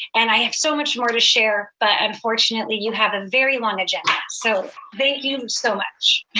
and i have so much more to share, but unfortunately you have a very long agenda, so thank you so much.